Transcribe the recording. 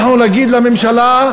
אנחנו נגיד לממשלה: